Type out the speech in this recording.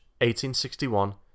1861